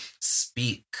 speak